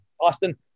Austin